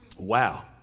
Wow